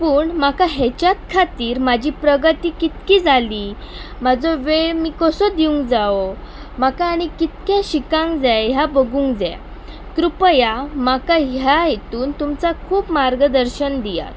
पूण म्हाका हाच्यात खातीर म्हाजी प्रगती कितली जाली म्हजो वेळ मी कसो दिवंक जाय म्हाका आनी कितलें शिकूंक जाय हें बगूंक जाय कृपया म्हाका ह्या हातूंत तुमचें खूब मार्गदर्शन दियात